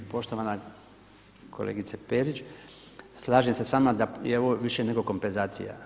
Poštovana kolegice Perić, slažem se s vama da je ovo više nego kompenzacija.